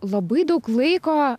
labai daug laiko